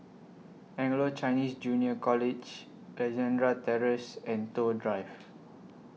Anglo Chinese Junior College Alexandra Terrace and Toh Drive